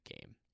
game